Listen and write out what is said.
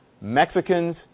Mexicans